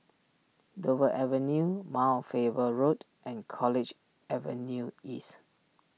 Dover Avenue Mount Faber Road and College Avenue East